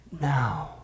now